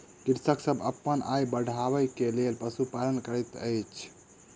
कृषक सभ अपन आय बढ़बै के लेल पशुपालन करैत अछि